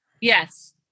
Yes